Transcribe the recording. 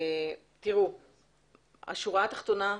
השורה התחתונה,